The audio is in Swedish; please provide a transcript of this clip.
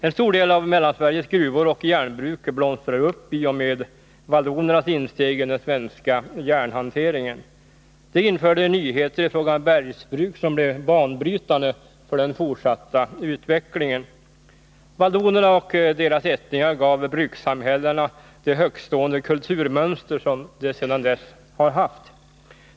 En stor del av Mellansveriges gruvor och järnbruk blomstrade upp i och med vallonernas insteg i den svenska järnhanteringen. De införde nyheter i fråga om bergsbruk som blev banbrytande för den fortsatta utvecklingen. Vallonerna och deras ättlingar gav brukssamhällena det högtstående kulturmönster som de sedan dess har haft.